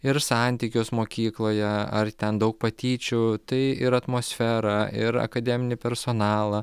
ir santykius mokykloje ar ten daug patyčių tai ir atmosfera ir akademinį personalą